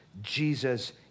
Jesus